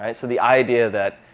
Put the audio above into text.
and so the idea that